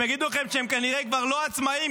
הם יגידו לכם שהם כנראה כבר לא עצמאים,